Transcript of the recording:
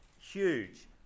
huge